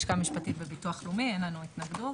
אין לנו התנגדות.